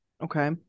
Okay